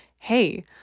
hey